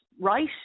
right